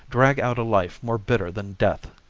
drag out a life more bitter than death.